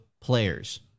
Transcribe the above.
players